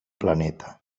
planeta